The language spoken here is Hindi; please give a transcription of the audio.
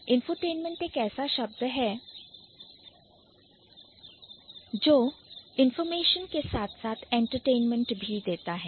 Infotainment इन्फोटेनमेंट एक ऐसा शब्द है जो Information के साथ साथ Entertainment भी देता है